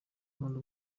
nkunda